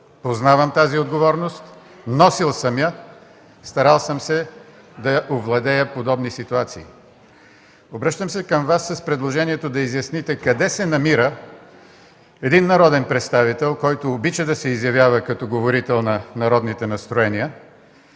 Познавам тази отговорност, носил съм я, старал съм се да я овладея в подобни ситуации. Обръщам се към Вас с предложението да изясните къде се намира един народен представител, който обича да се изявява като говорител на народните настроения,